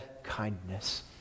kindness